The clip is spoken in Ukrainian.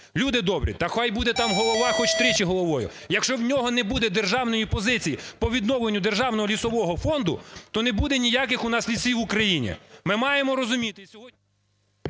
Люди добрі, та хай буде там голова хоч тричі головою. Якщо в нього не буде державної позиції по відновленню державного лісового фонду, то не буде ніяких у нас лісів в Україні. Ми маємо розуміти